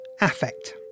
affect